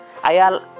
Ayal